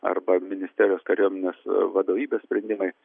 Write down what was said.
arba ministerijos kariuomenės vadovybės sprendimai